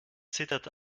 zitterte